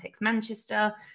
Manchester